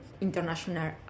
international